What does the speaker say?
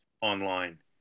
online